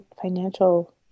financial